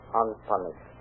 unpunished